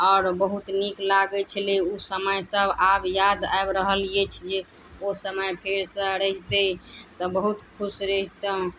आओर बहुत नीक लागै छलै ओ समय सब आब याद आबि रहल अछि जे ओ समय फेरसँ रहितै तऽ बहुत खुश रहितौ